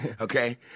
okay